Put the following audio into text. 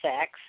sex